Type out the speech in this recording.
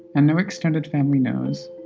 and no extended family knows.